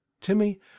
Timmy